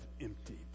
emptied